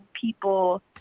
people